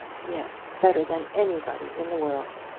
yes better than anybody in the world.